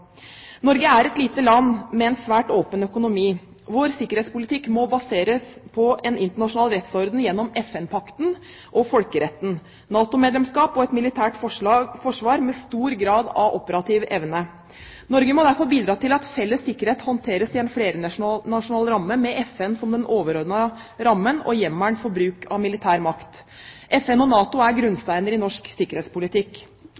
Norge er et lite land med en svært åpen økonomi. Vår sikkerhetspolitikk må baseres på en internasjonal rettsorden gjennom FN-pakten og folkeretten, NATO-medlemskap og et militært forsvar med stor grad av operativ evne. Norge må derfor bidra til at felles sikkerhet håndteres i en flernasjonal ramme, med FN som den overordnede ramme og hjemmel for bruk av militær makt. FN og NATO er